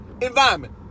environment